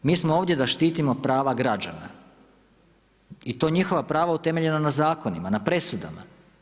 Mi smo ovdje da štitimo prava građana i to njihova prava utemeljena na zakonima, na presudama.